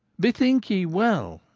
bethink ye well,